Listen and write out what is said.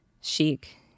chic